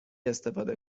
استفاده